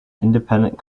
independent